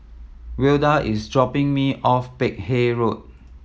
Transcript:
Wilda is dropping me off Peck Hay Road